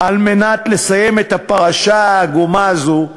כדי לסיים את הפרשה העגומה הזוּ,